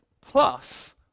plus